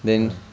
ah